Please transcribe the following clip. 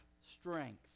strength